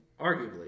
arguably